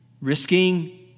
risking